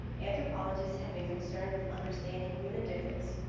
anthropologists have been concerned with understanding human difference.